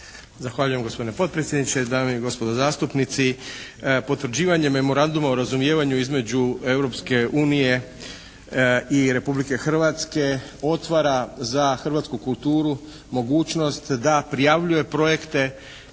Zahvaljujem gospodine potpredsjedniče. Dame i gospodo zastupnici, potvrđivanje Memoranduma o razumijevanju između Europske unije i Republike Hrvatske otvara za hrvatsku kulturu mogućnost da prijavljuje projekte